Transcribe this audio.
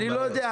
אני לא יודע.